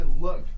look